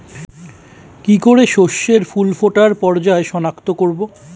কি করে শস্যের ফুল ফোটার পর্যায় শনাক্ত করব?